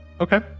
Okay